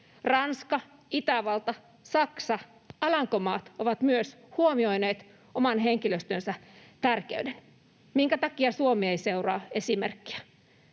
Ranska, Itävalta, Saksa ja Alankomaat ovat huomioineet oman henkilöstönsä tärkeyden. Minkä takia Suomi ei seuraa esimerkkiä?